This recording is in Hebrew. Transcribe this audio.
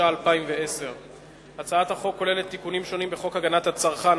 התש"ע 2010. הצעת החוק כוללת תיקונים שונים בחוק הגנת הצרכן,